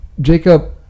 Jacob